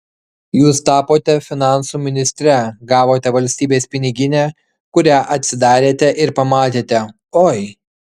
jūs tapote finansų ministre gavote valstybės piniginę kurią atsidarėte ir pamatėte oi